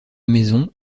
maison